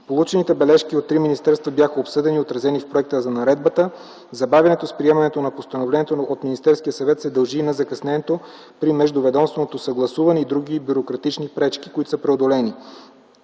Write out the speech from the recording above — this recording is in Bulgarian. Получените бележки от три министерства бяха обсъдени и отразени в проекта на наредбата. Забавянето с приемането на постановлението от Министерския съвет се дължи на закъснението при междуведомственото съгласуване и други бюрократични пречки, които са преодолени.